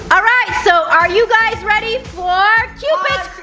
alright so are you guys ready for cupid's.